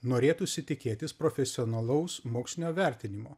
norėtųsi tikėtis profesionalaus mokslinio vertinimo